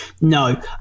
No